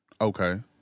Okay